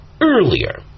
earlier